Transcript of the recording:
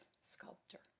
sculptor